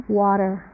water